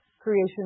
creation